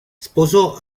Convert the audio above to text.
sposò